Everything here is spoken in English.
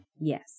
Yes